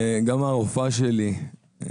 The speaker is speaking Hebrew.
גם הרופאה שלי,